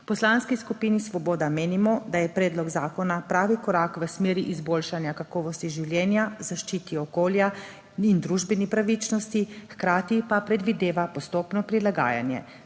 V Poslanski skupini Svoboda menimo, da je predlog zakona pravi korak v smeri izboljšanja kakovosti življenja, zaščite okolja in družbene pravičnosti, hkrati pa predvideva postopno prilagajanje,